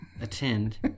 attend